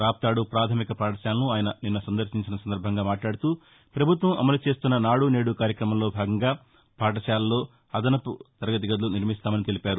రాప్తాడు పాథమిక పాఠశాలను ఆయన నిన్న సందర్శించిన సందర్భంగా మాట్లాడుతూ ప్రభుత్వం అమలు చేస్తున్న నాడు నేడు కార్యక్రమంలో భాగంగా పాఠశాలలో అదనపు తరగతి గదులు నిర్మిస్తామని తెలిపారు